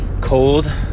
cold